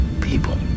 people